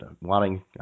wanting